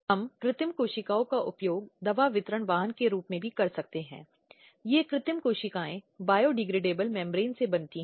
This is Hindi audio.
एक पहलू जो हमने देखा है कि इस तरह के उत्पीड़न को कार्यस्थल पर समाप्त किया जा रहा है